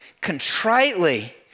contritely